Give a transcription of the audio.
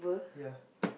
ya